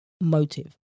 motive